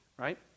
Right